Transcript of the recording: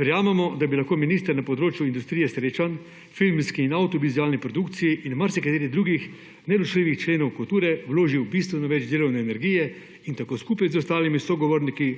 Verjamemo, da bi lahko minister na področju industrije srečanj, pri filmski in avdiovizualni produkciji in marsikaterih drugih nerešljivih členih kulture vložil bistveno več delovne energije in tako skupaj z ostalimi sogovorniki